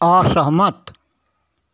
असहमत